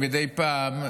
מדי פעם,